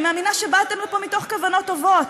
אני מאמינה שבאתם לפה מתוך כוונות טובות.